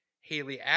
Haley